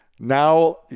Now